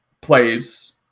plays